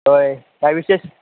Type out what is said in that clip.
होय काय विशेष